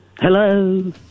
Hello